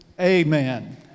Amen